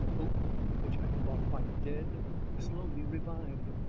hope which i thought quite dead slowly revived.